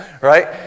right